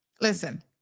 listen